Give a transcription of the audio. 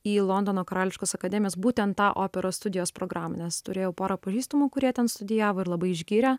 į londono karališkos akademijos būtent tą operos studijos programą nes turėjau porą pažįstamų kurie ten studijavo ir labai išgyrė